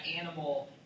animal